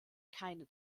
keine